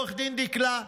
עו"ד דקלה,